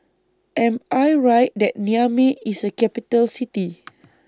Am I Right that Niamey IS A Capital City